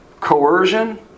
coercion